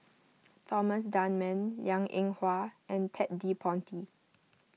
Thomas Dunman Liang Eng Hwa and Ted De Ponti